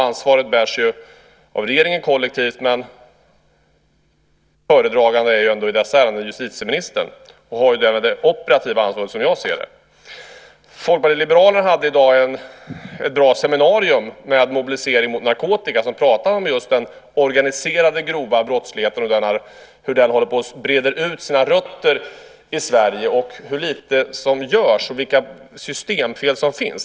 Ansvaret bärs av regeringen kollektivt, men föredragande i dessa ärenden är ändå justitieministern, och han har därmed det operativa ansvaret, som jag ser det. Folkpartiet liberalerna hade i dag ett bra seminarium med Mobilisering mot narkotika som pratade om just den organiserade grova brottsligheten, hur den breder ut sina rötter i Sverige och hur lite som görs och vilka systemfel som finns.